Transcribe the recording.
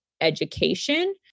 education